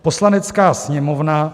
Poslanecká sněmovna